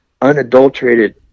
unadulterated